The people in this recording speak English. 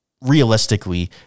realistically